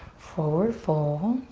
forward fold.